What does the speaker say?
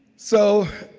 so,